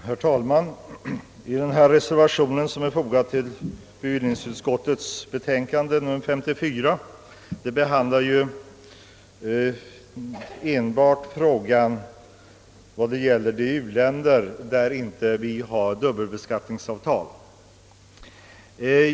Herr talman! I den reservation som är fogad till utskottets betänkande behandlas enbart den föreliggande frågan såvitt avser sådana u-länder med vilka vi inte har dubbelbeskattningsavtal.